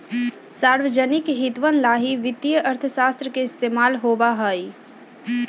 सार्वजनिक हितवन ला ही वित्तीय अर्थशास्त्र के इस्तेमाल होबा हई